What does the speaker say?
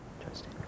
Interesting